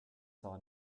saw